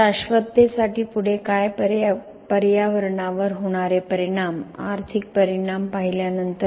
शाश्वततेसाठी पुढे काय पर्यावरणावर होणारे परिणाम आर्थिक परिणाम पाहिल्यानंतर